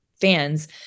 fans